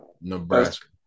Nebraska